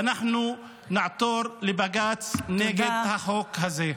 ואנחנו נעתור לבג"ץ נגד החוק הזה.